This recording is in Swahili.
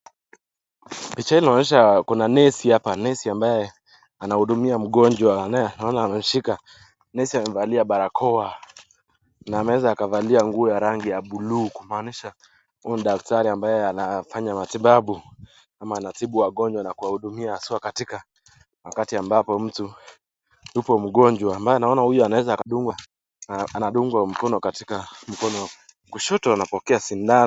Picha hii inaonyesha kuna nesi hapa, nesi ambaye anahudumia mgonjwa ambaye anaona ameshika. Nesi amevalia barakoa, na anaweza akavalia nguo ya rangi ya buluu kumaanisha huyu ni daktari ambaye anafanya matibabu ama anatibu wagonjwa na kuwa hudumia haswaa katika wakati ambapo, mtu yuko mgonjwa, ambayo naona huyu huweza anadungwa mkono katika mkono wa kushoto anapokea sindano.